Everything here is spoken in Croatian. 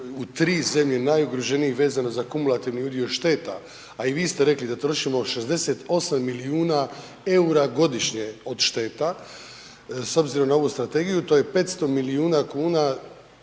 u tri zemlje najugroženije vezano za kumulativni udio šteta, a i vi ste rekli da trošimo 68 milijuna EUR-a godišnje od šteta, s obzirom na ovu strategiju to je 500 milijuna kuna,